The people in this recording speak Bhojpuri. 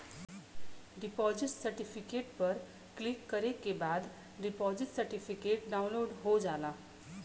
डिपॉजिट सर्टिफिकेट पर क्लिक करे के बाद डिपॉजिट सर्टिफिकेट डाउनलोड हो जाला